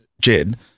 Jed